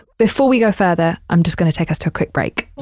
before we go further, i'm just gonna take us to a quick break.